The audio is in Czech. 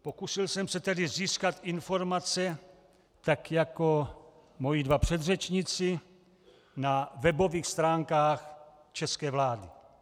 Pokusil jsem se tedy získat informace, tak jako moji dva předřečníci, na webových stránkách české vlády.